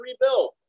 rebuild